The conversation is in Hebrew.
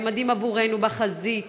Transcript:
נעמדים עבורנו בחזית,